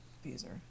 abuser